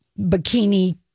bikini